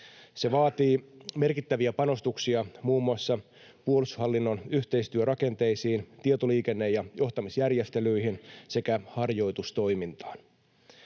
Se vaatii merkittäviä panostuksia muun muassa puolustushallinnon yhteistyörakenteisiin, tietoliikenne- ja johtamisjärjestelyihin sekä harjoitustoimintaan.